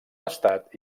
estat